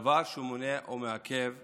דבר שמונע או מעכב טיפול.